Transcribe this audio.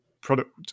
product